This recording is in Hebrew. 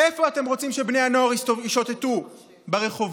איפה אתם רוצים שבני הנוער ישוטטו, ברחובות?